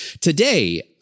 Today